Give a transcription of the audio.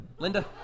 Linda